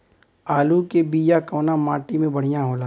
आलू के बिया कवना माटी मे बढ़ियां होला?